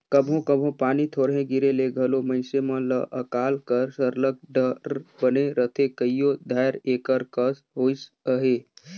कभों कभों पानी थोरहें गिरे ले घलो मइनसे मन ल अकाल कर सरलग डर बने रहथे कइयो धाएर एकर कस होइस अहे